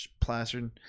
Plastered